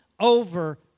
Over